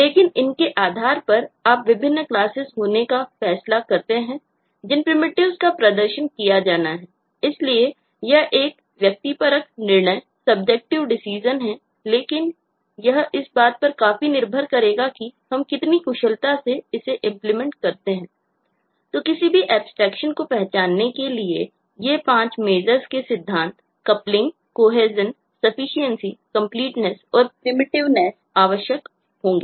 लेकिन इसके आधार पर आप विभिन्न क्लासेस आवश्यक होंगे